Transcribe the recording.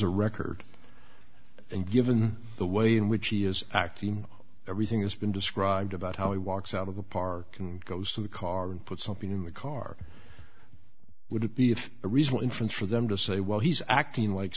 a record and given the way in which he is acting everything has been described about how he walks out of the park and goes to the car and put something in the car would be if a reasonable inference for them to say well he's acting like